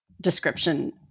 description